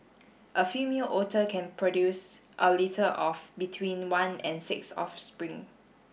a female otter can produce a litter of between one and six offspring